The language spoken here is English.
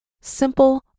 Simple